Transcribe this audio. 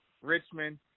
Richmond